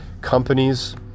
companies